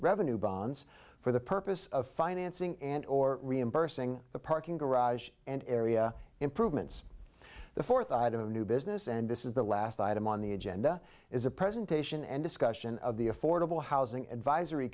revenue bonds for the purpose of financing and or reimbursing the parking garage and area improvements the fourth item of new business and this is the last item on the agenda is a presentation and discussion of the affordable housing advisory